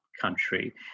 country